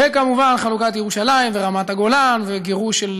וכמובן חלוקת ירושלים ורמת-הגולן וגירוש של